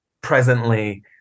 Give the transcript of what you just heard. presently